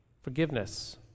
Forgiveness